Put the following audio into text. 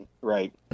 Right